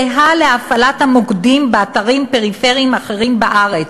זהה להפעלת המוקדים באתרים פריפריים אחרים בארץ,